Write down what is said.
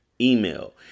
email